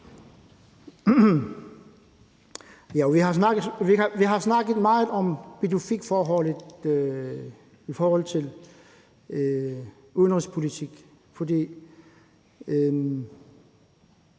Vi har snakket meget om Pituffikforholdet i forhold til udenrigspolitik.